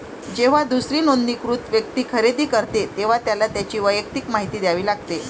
जेव्हा दुसरी नोंदणीकृत व्यक्ती खरेदी करते, तेव्हा त्याला त्याची वैयक्तिक माहिती द्यावी लागते